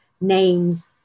names